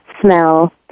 smell